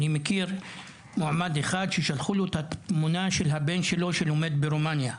אני מכיר מועמד אחד ששלחו לו תמונה של הבן שלו שלומד ברומניה,